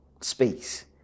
space